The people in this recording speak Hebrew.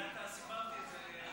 כן זה עתה סיפרתי את זה.